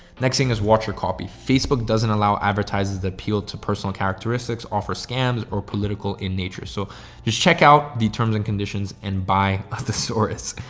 next thing is watch your copy. facebook doesn't allow advertisers that appeal to personal characteristics. offer scams are political in nature. so just check out the terms and conditions and by us thesaurus.